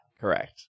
correct